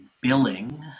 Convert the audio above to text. billing